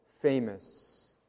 famous